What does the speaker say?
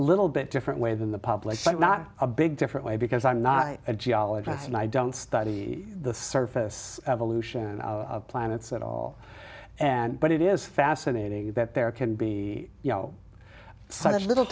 little bit different way than the public not a big different way because i'm not a geologist and i don't study the surface evolution of planets at all and but it is fascinating that there can be such little